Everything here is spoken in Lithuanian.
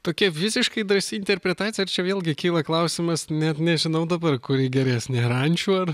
tokia visiškai drąsi interpretacija ir čia vėlgi kyla klausimas net nežinau dabar kuri geresnė ar ančių ar